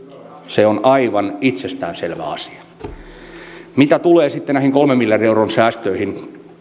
se on aivan itsestään selvä asia mitä tulee sitten näihin kolmen miljardin euron säästöihin